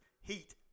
Heat